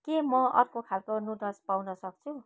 के म अर्को खालको नुडल्स पाउन सक्छु